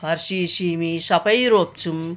फर्सी सिमी सबै रोप्छौँ